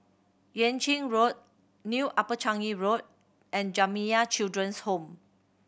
Yuan Ching Road New Upper Changi Road and Jamiyah Children's Home